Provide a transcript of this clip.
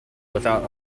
without